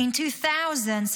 In 2000,